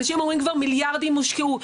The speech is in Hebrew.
אנשים אומרים כבר שמיליארדים הושקעו,